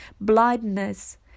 blindness